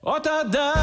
o tada